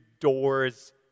doors